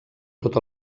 tot